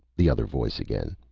the other voice again.